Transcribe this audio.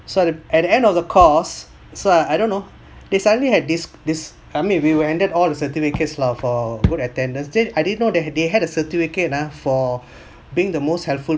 so at at the end of the course so I don't know they suddenly had this this uh maybe we were handed all the certificates lah for good attendance then I didn't know they had they had a certificate ah for being the most helpful